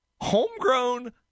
Homegrown